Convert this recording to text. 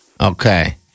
Okay